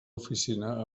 oficina